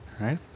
right